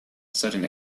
sudden